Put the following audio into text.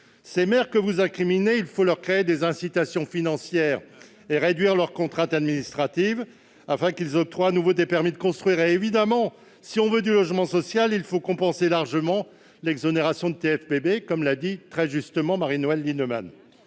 Ces maires que vous incriminez, il faut créer pour eux des incitations financières et réduire leurs contraintes administratives afin qu'ils octroient de nouveaux permis de construire. Bien évidemment, si l'on veut développer le logement social, il faut compenser largement l'exonération de TFPB, comme l'a dit très justement Marie-Noëlle Lienemann.